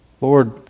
Lord